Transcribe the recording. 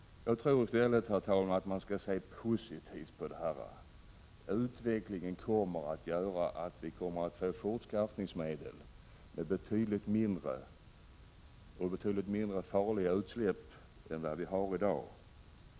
Jag tycker, herr talman, att man skall se positivt på frågan om en bro. Utvecklingen kommer att göra att vi får fortskaffningsmedel med betydligt mindre farliga utsläpp än vad vi har i dag.